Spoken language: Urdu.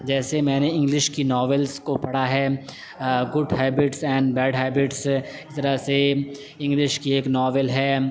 جیسے میں نے انگلش کی ناولس کو پڑھا ہے good habits and bad habits اسی طرح سے انگلش کی ایک ناول ہے